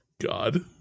god